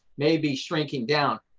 maybe shrinking down.